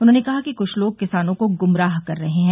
उन्होंने कहा कि कुछ लोग किसानों को गुमराह कर रहे हैं